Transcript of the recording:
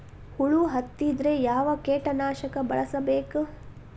ಹುಳು ಹತ್ತಿದ್ರೆ ಯಾವ ಕೇಟನಾಶಕ ಬಳಸಬೇಕ?